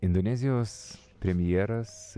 indonezijos premjeras